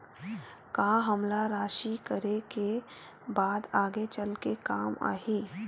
का हमला राशि करे के बाद आगे चल के काम आही?